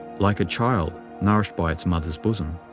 like a child nourished by its mother's bosom.